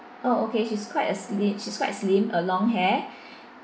oh okay she's quite uh sli~ she's quite slim uh long hair